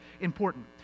important